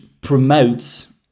promotes